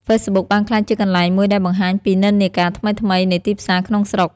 ហ្វេសប៊ុកបានក្លាយជាកន្លែងមួយដែលបង្ហាញពីនិន្នាការថ្មីៗនៃទីផ្សារក្នុងស្រុក។